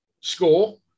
score